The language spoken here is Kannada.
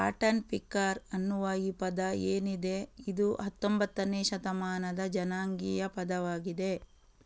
ಕಾಟನ್ಪಿಕರ್ ಅನ್ನುವ ಈ ಪದ ಏನಿದೆ ಇದು ಹತ್ತೊಂಭತ್ತನೇ ಶತಮಾನದ ಜನಾಂಗೀಯ ಪದವಾಗಿದೆ